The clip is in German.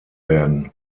werden